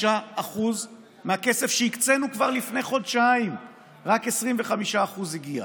שמהכסף שהקצינו כבר לפני חודשיים רק 25% הגיעו.